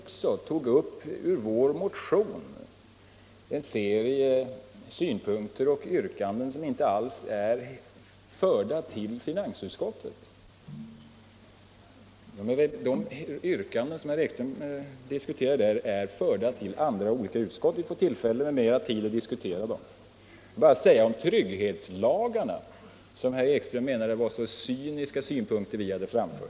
Han tog ur vår motion upp en serie synpunkter och yrkanden som inte alls är ställda till finansutskottet. De yrkanden som herr Ekström talade om är hänvisade till olika andra utskott, och vi får så småningom tillfälle att diskutera den. Herr Ekström menade att vi moderater hade anlagt så cyniska synpunkter på trygghetslagarna.